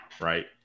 right